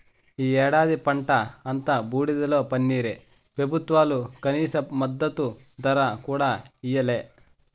ఈ ఏడాది పంట అంతా బూడిదలో పన్నీరే పెబుత్వాలు కనీస మద్దతు ధర కూడా ఇయ్యలే